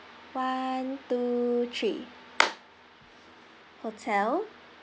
one two three hotel